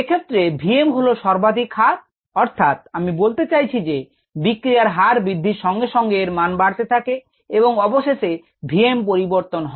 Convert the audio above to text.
এ ক্ষেত্রে vm হল সর্বাধিক হার অর্থাৎ আমি বলতে চাইছি যে বিক্রিয়ার হার বৃদ্ধির সঙ্গে সঙ্গে এরমান বাড়তে থাকে এবং অবশেষে vm পরিবর্তন হয়